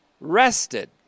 rested